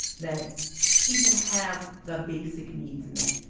that people have the basic needs met.